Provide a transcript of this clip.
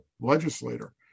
legislator